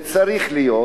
וצריך להיות,